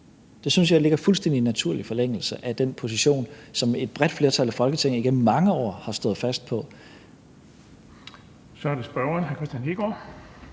jeg ligger i fuldstændig naturlig forlængelse af den position, som et bredt flertal af Folketinget igennem mange år har stået fast på. Kl. 15:54 Den fg. formand